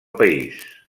país